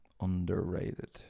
underrated